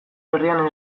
herrian